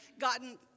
gotten